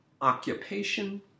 occupation